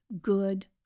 good